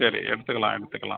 சரி எடுத்துக்கலாம் எடுத்துக்கலாம்